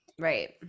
Right